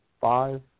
five